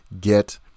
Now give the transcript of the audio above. get